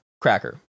cracker